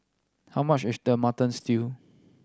how much is the Mutton Stew